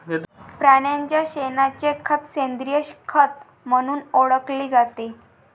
प्राण्यांच्या शेणाचे खत सेंद्रिय खत म्हणून ओळखले जाते